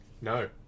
No